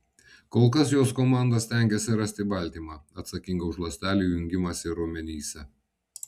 kol kas jos komanda stengiasi rasti baltymą atsakingą už ląstelių jungimąsi raumenyse